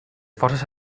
forces